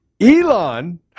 Elon